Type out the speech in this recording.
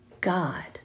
God